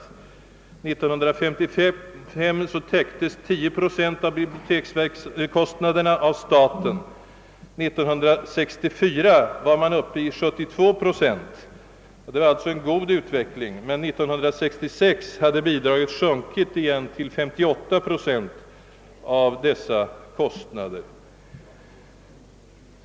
År 1955 täcktes 10 procent av bibliotekskostnaderna av staten, 1964 var man uppe i 72 procent — det var alltså en god utveckling — men 1966 hade bidraget sjunkit till 58 procent av dessa kostnader.